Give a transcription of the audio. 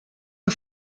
are